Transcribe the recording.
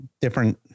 different